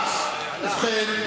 ההצעה להעביר את הנושא לוועדת החינוך,